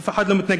אף אחד לא מתנגד.